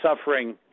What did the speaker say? suffering